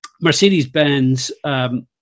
Mercedes-Benz